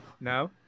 No